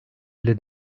bile